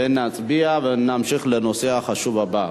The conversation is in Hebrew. ונצביע ונמשיך לנושא החשוב הבא.